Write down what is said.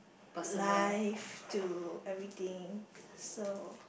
life to everything so